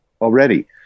already